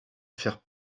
faire